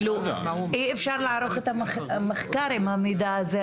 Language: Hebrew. אי אפשר לערוך את המחקר אם המידע הזה,